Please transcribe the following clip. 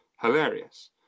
Hilarious